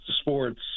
sports